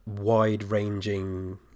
wide-ranging